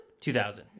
2000